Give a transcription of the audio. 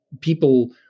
people